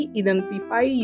identify